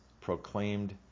proclaimed